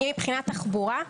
אם מבחינת תחבורה.